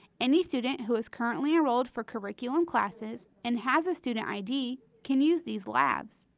any student who is currently enrolled for curriculum classes and has a student id can use these labs.